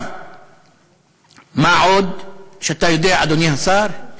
מה גם שאתה יודע, אדוני השר,